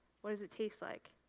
what does it taste like?